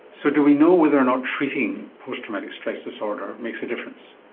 so do we know whether or not treating post-dramatic stress disorder makes a difference?